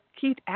Keith